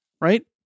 right